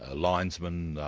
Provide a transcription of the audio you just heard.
ah linesmen,